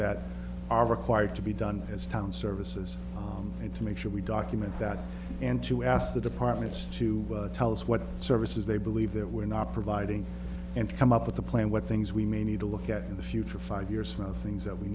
that are required to be done as town services and to make sure we document that and to ask the departments to tell us what services they believe there were not providing and come up with a plan what things we may need to look at in the future five years from now things that we